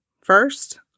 first